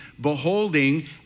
beholding